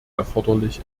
erforderlich